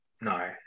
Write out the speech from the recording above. No